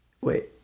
Wait